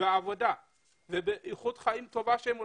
בעבודה ובאיכות חיים טובה בה הם יגורו.